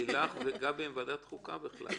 לילך וגבי הם מוועדת חוקה בכלל.